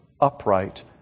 upright